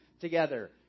together